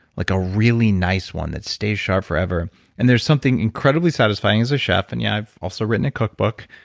like a really nice one that stays sharp forever and there's something incredibly satisfying as a chef, and yeah, i've also written a cookbook,